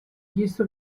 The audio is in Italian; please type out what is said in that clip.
chiesto